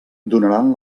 donaran